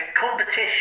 competition